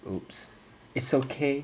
!oops! it's okay